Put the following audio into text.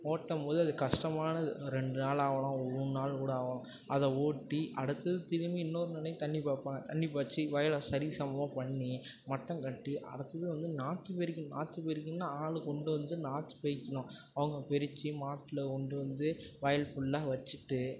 ஓட்டும் போது அது கஷ்டமானது ஒரு ரெண்டு நாள் ஆகலாம் மூணு நாள் கூட ஆகலாம் அதை ஓட்டி அடுத்து திரும்பி இன்னொரு நாளைக்கு தண்ணி பாய்ப்பாங்க தண்ணி பாச்சி வயலை சரிசமமா பண்ணி மட்டம் கட்டி அடுத்தது வந்து நாற்று பிரிக்கணும் நாற்று பிரிக்கணும்னா ஆள் கொண்டு வந்து நாற்று பிரிக்கணும் அவங்க பிரிச்சு மாட்டில்ல கொண்டு வந்து வயல் ஃபுல்லாக வச்சுட்டு